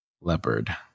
leopard